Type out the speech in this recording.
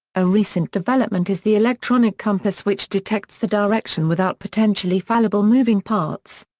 a recent development is the electronic compass which detects the direction without potentially fallible moving parts.